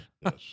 Yes